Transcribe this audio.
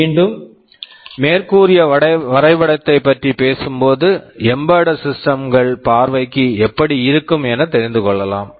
மீண்டும் மேற்குறிய வரைபடத்தைப் பற்றிப் பேசும்போது எம்பெட்டட் சிஸ்டம்ஸ் embedded systems பார்வைக்கு எப்படி இருக்கும் என தெரிந்து கொள்ளலாம்